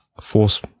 Force